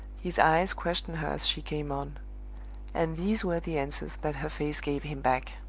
his eyes questioned her as she came on and these were the answers that her face gave him back.